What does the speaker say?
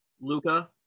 Luca